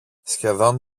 σχεδόν